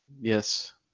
Yes